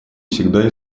всегда